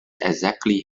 exactly